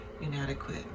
inadequate